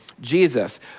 Jesus